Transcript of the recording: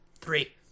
three